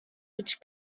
which